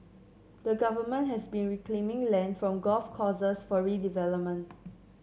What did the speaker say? the Government has been reclaiming land from golf courses for redevelopment